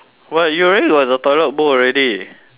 but you already got the toilet bowl already